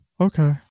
okay